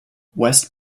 west